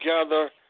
together